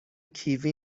کیوی